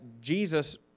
Jesus